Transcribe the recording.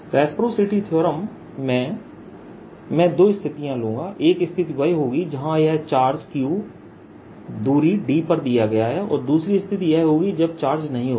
V14π0QdQi4π0R14π0Qd since Qi0 reciprocity theorem में मैं दो स्थितियाँ लूंगा एक स्थिति वह होगी जहाँ यह चार्ज Q दूरी d पर दिया गया है और दूसरी स्थिति यह होगी जब चार्ज नहीं होगा